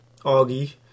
Augie